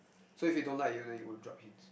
so if he don't like you then you won't drop hints